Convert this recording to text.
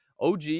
OG